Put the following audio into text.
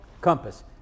compass